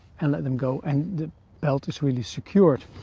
and let them go and the belt is really secured.